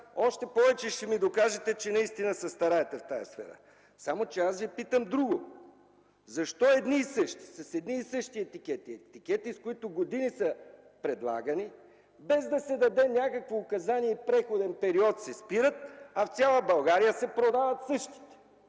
още повече ще ми докажете, че наистина се стараете в тази сфера. Само че аз Ви питам друго: защо едни и същи, с едни и същи етикети, които с години са предлагани, без да се даде някакво указание и преходен период се спират, а в цяла България се продават същите?